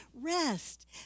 rest